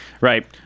Right